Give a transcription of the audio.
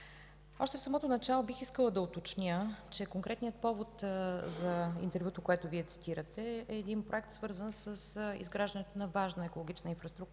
Още в самото начало бих искала да уточня, че конкретният повод за интервюто, което Вие цитирате, е един проект, свързан с изграждането на важна екологична инфраструктура